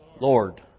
Lord